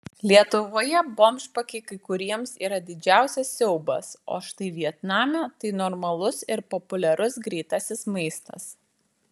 lietuvoje bomžpakiai kai kuriems yra didžiausias siaubas o štai vietname tai normalus ir populiarus greitasis maistas